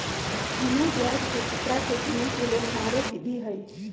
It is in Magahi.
बिनु ब्याजकें खतरा के गिने के लेल मारे विधी हइ